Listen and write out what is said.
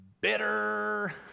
bitter